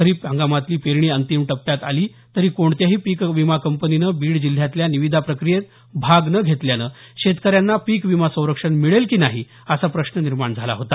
खरीप हंगामातली पेरणी अंतिम टप्प्यात आली तरी कोणत्याही पीक विमा कंपनीने बीड जिल्ह्यातल्या निविदा प्रक्रियेत भाग न घेतल्यामुळे शेतकऱ्यांना पीक विमा संरक्षण मिळेल की नाही असा प्रश्न निर्माण झाला होता